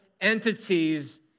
entities